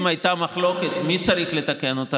אם הייתה מחלוקת מי צריך לתקן אותה,